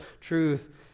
truth